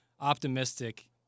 optimistic